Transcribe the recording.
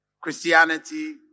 Christianity